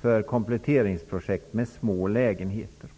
för kompletteringsprojekt med små lägenheter.